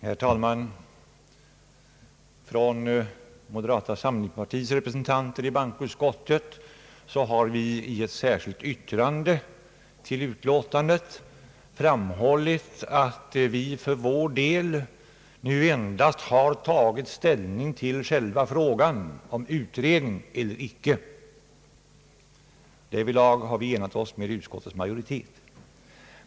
Herr talman! Moderata samlingspartiets representanter i bankoutskottet har i ett särskilt yttrande till utlåtandet framhållit att vi för vår del nu endast tagit ställning till själva frågan om utredning eller icke. Därvidlag har vi enat oss med utskottets majoritet.